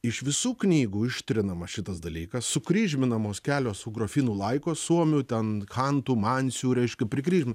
iš visų knygų ištrinamas šitas dalykas sukryžminamos kelios ugrofinų laikos suomių ten chantų mansių reiškia prikryžmin